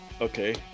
Okay